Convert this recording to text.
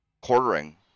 quartering